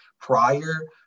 prior